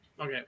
okay